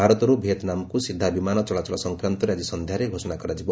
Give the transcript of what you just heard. ଭାରତରୁ ଭିଏତନାମକୁ ସିଧା ବିମାନ ଚଳାଚଳ ସଂକ୍ରାନ୍ତରେ ଆଜି ସନ୍ଧ୍ୟାରେ ଘୋଷଣା କରାଯିବ